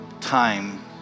time